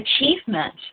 achievement